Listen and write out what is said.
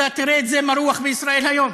אתה תראה את זה מרוח ב"ישראל היום".